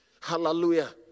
Hallelujah